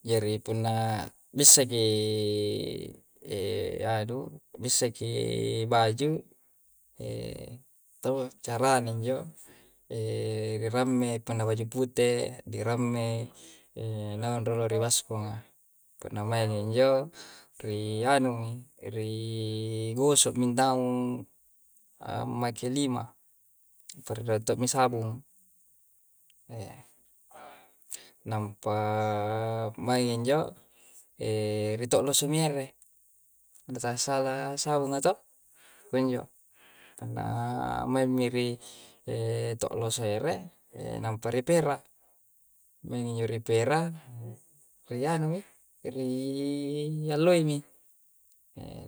Jari punna bissaki anu, bissaki baju, taua carana njo ri rammei punna baju pute, ni rammei naung rolo ri baskonga. Punna maingi njo, ri anu mi, ri goso'i naung ammake lima sabung. Nampa maingi njo, ri to'roso mi ere. Na tassala sabunga toh? Pakunjo. Na maimmi ri to'loso ere, enampa ri pera. Maingi njo ri pera, ri anu mi, ri alloi mi.